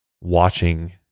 watching